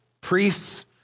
priests